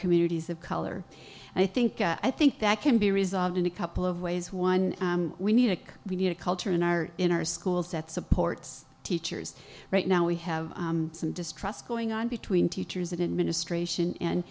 communities of color and i think i think that can be resolved in a couple of ways one we need a we need a culture in our in our schools that supports teachers right now we have some distrust going on between teachers and ministration and